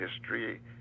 history